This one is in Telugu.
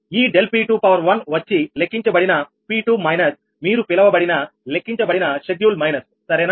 ఈ ∆P21వచ్చి లెక్కించబడిన P2 మైనస్ మీరు పిలవబడిన లెక్కించబడిన షెడ్యూల్ మైనస్ సరేనా